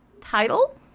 title